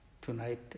Tonight